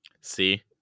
See